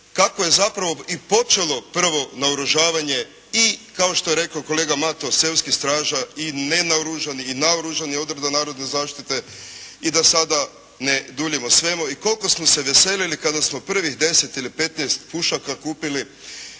kako je zapravo i počelo prvo naoružavanje i kao što je rekao kolega Mato seoskih straža i nenaoružanih i naoružanih Odreda narodne zaštite i da sada ne duljim o svemu. I koliko smo se veselili kada smo prvih 10 ili 15 pušaka kupili.